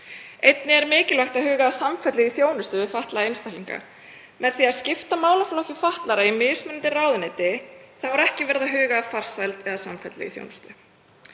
Einnig er mikilvægt að huga að samfellu í þjónustu við fatlaða einstaklinga. Með því að skipta málaflokki fatlaðra í mismunandi ráðuneyti er ekki verið að huga að farsæld eða samfellu í þjónustunni.